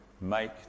make